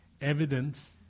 evidence